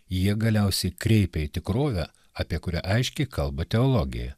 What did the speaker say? jie galiausiai kreipia į tikrovę apie kurią aiškiai kalba teologija